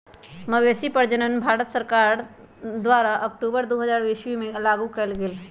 मवेशी प्रजजन योजना भारत सरकार द्वारा अक्टूबर दू हज़ार ईश्वी में लागू कएल गेल